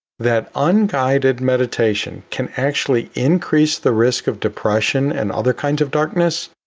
that unguided meditation can actually increase the risk of depression and other kinds of darkness.